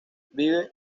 vive